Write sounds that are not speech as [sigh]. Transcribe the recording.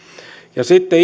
sitten [unintelligible]